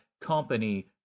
company